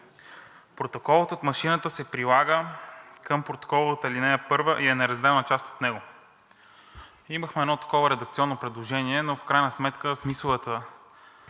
Протоколът от машината се прилага към протокола от ал. 1 и е неразделна част от него.“ Имахме едно такова редакционно предложение, но в крайна сметка смисловото